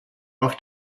auf